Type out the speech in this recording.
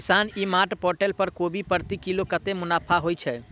किसान e mart portal पर कोबी प्रति किलो कतै मुनाफा होइ छै?